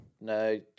no